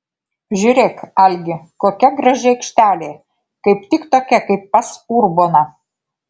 žiūrėk algi kokia graži aikštelė kaip tik tokia kaip pas urboną